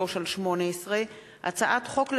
פ/3733/18 וכלה בהצעת חוק פ/3764/18,